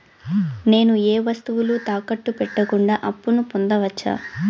నేను ఏ వస్తువులు తాకట్టు పెట్టకుండా అప్పును పొందవచ్చా?